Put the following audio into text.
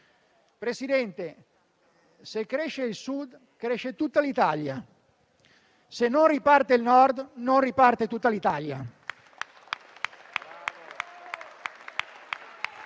Consiglio, se cresce il Sud, cresce tutta l'Italia; se non riparte il Nord, non riparte tutta l'Italia